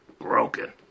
broken